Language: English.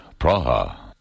Praha